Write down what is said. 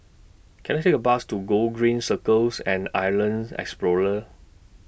Can I Take A Bus to Gogreen Cycles and Islands Explorer